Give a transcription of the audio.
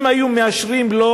אם היו מאשרים לו,